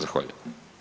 Zahvaljujem.